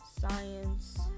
science